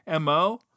MO